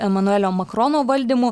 emanuelio makrono valdymu